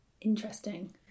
Interesting